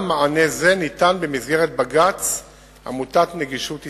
גם מענה זה ניתן במסגרת בג"ץ עמותת "נגישות ישראל".